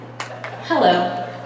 Hello